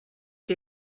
que